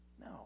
No